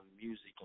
music